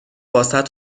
واست